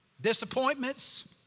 disappointments